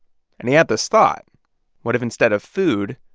and he had this thought what if, instead of food,